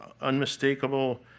unmistakable